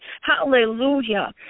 Hallelujah